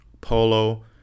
polo